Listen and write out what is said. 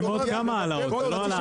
עם עוד כמה העלאות, זה לא העלאה אחת.